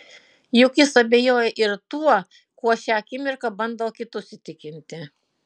juk jis abejoja ir tuo kuo šią akimirką bando kitus įtikinti